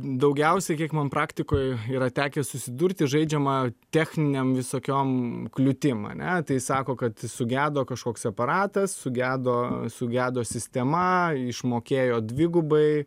daugiausiai kiek man praktikoj yra tekę susidurti žaidžiama techninėm visokiom kliūtim ane tai sako kad sugedo kažkoks aparatas sugedo sugedo sistema išmokėjo dvigubai